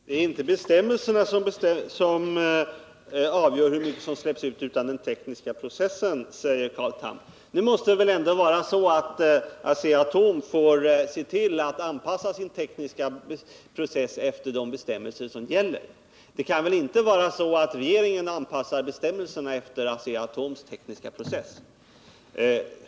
Herr talman! Det är inte bestämmelserna som avgör hur mycket som släpps ut utan den tekniska processen, säger Carl Tham. Men det måste väl ändå vara så att Asea-Atom får se till att anpassa sin tekniska process efter de bestämmelser som gäller! Det kan väl inte vara så att regeringen anpassar bestämmelserna efter Asea-Atoms tekniska process?